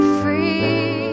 free